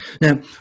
Now